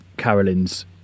Carolyn's